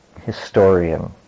historian